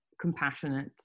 compassionate